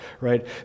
right